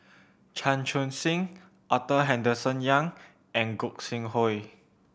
Chan Chun Sing Arthur Henderson Young and Gog Sing Hooi